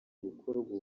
gukorwa